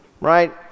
right